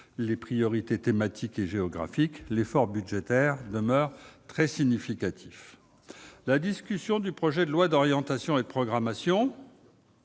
les priorités thématiques et géographiques. L'effort budgétaire demeure très important. La discussion du très attendu projet de loi d'orientation et de programmation,